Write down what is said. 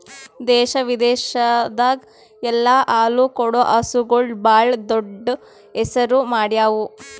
ದೇಶ ವಿದೇಶದಾಗ್ ಎಲ್ಲ ಹಾಲು ಕೊಡೋ ಹಸುಗೂಳ್ ಭಾಳ್ ದೊಡ್ಡ್ ಹೆಸರು ಮಾಡ್ಯಾವು